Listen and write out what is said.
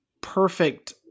perfect